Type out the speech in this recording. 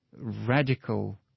radical